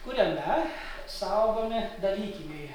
kuriame saugomi dalykiniai